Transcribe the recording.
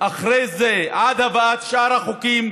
אחרי זה עד הבאת שאר החוקים,